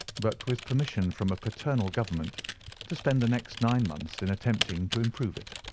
but with permission from a paternal government to spend the next nine months in attempting to improve it.